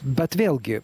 bet vėlgi